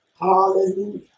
hallelujah